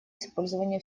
использования